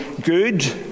good